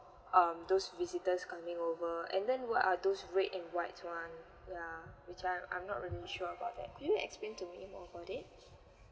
um those visitors coming over and then what are those red and white ones yeah which I'm I'm not really sure about that could you explain to me more about it